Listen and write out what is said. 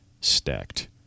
stacked